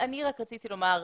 אני רק רציתי לומר,